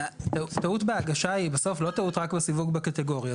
טעות בהגשה היא בסוף לא טעות רק בסיווג בקטגוריה.